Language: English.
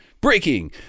breaking